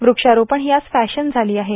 वृक्षारोपण ही आज फॅशन आली आहे